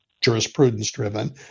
jurisprudence-driven